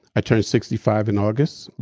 i turned sixty five in august.